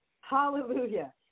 Hallelujah